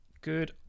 good